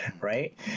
right